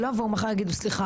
שלא יבואו מחר ויגידו 'סליחה,